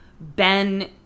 Ben